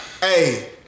hey